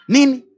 Nini